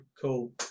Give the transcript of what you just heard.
cool